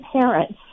parents